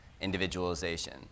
individualization